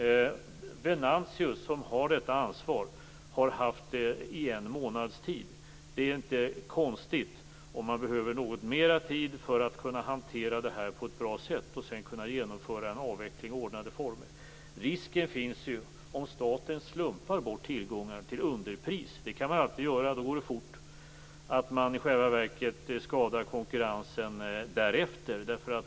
Venantius, som har detta ansvar, har haft det i en månads tid. Det är inte konstigt om man behöver något mera tid för att hantera situationen på ett bra sätt och genomföra en avveckling under ordnade former. det kan man alltid göra, och då går det fort - finns risken att man i själva verket skadar konkurrensen därefter.